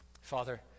Father